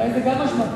אולי זו גם אשמת קדימה.